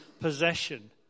possession